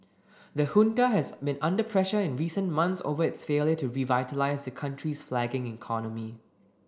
the Junta has been under pressure in recent months over its failure to revitalise the country's flagging economy